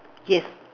yes